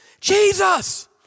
Jesus